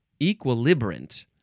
equilibrant